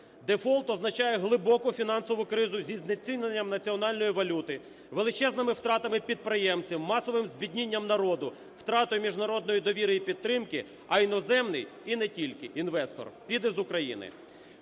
Дефолт означає глибоку фінансову кризу зі знеціненням національної валюти, величезними втратами підприємців, масовим збіднінням народу, втратою міжнародної довіри і підтримки, а іноземний і не тільки інвестор піде з України.